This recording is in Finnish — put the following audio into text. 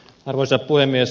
arvoisa puhemies